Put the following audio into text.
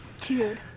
Dude